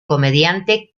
comediante